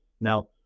Now